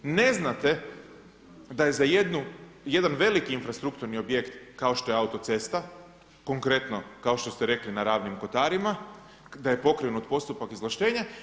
Ne znate da je za jedan veliki infrastrukturni objekt kao što je autocesta, konkretno kao što ste rekli na Ravnim Kotarima, da je pokrenut postupak izvlaštenja.